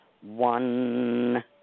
one